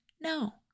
no